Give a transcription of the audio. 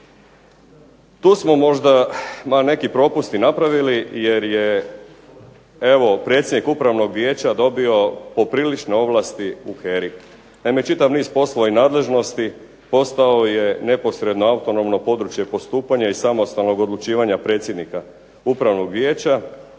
tu smo možda ma neki propust i napravili jer je evo predsjednik upravnog vijeća dobio poprilične ovlasti u HERA-i. Naime čitav niz poslova i nadležnosti postao je neposredno autonomno područje postupanja i samostalnog odlučivanja predsjednika upravnog vijeća,